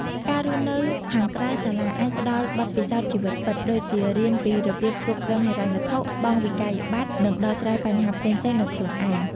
ការរស់នៅខាងក្រៅសាលាអាចផ្តល់បទពិសោធន៍ជីវិតពិត ដូចជារៀនពីរបៀបគ្រប់គ្រងហិរញ្ញវត្ថុ បង់វិក្កយបត្រ និងដោះស្រាយបញ្ហាផ្សេងៗដោយខ្លួនឯង។